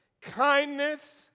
kindness